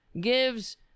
gives